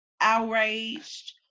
outraged